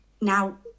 Now